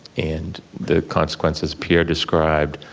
and the consequences pierre described,